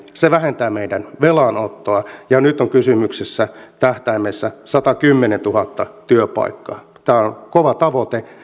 se vähentää meidän velanottoamme ja nyt on kysymyksessä tähtäimessä satakymmentätuhatta työpaikkaa tämä on kova tavoite